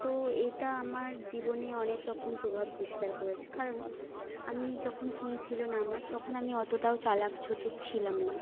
তো এইটা আমার জীবনে অনেক রকম প্রভাব বিস্তার করেছে কারণ আমি যখন ফোন ছিলো না আমার তখন আমি অতোটাও চালাক চতুর ছিলাম না